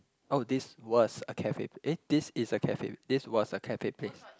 oh this was a cafe eh this is a cafe this was a cafe place